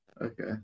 okay